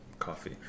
Coffee